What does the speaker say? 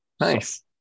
Nice